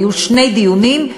היו שני דיונים,